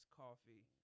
coffee